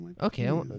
Okay